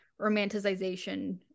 romanticization